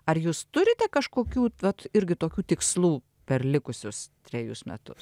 ar jūs turite kažkokių vat irgi tokių tikslų per likusius trejus metus